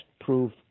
proof